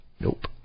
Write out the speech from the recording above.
Nope